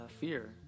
fear